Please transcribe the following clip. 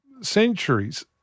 centuries